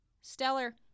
stellar